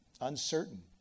uncertain